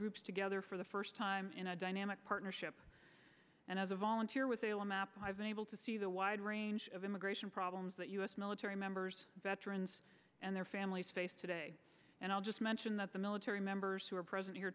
groups together for the first time in a dynamic partnership and as a volunteer with ala map i've been able to see the wide range of immigration problems that u s military members veterans and their families face today and i'll just mention that the military members who are present here